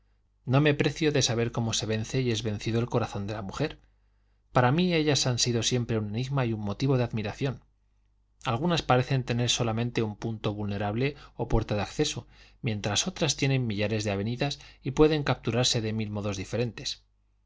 no me precio de saber cómo se vence y es vencido el corazón de la mujer para mí ellas han sido siempre un enigma y un motivo de admiración algunas parecen tener solamente un punto vulnerable o puerta de acceso mientras otras tienen millares de avenidas y pueden capturarse de mil modos diferentes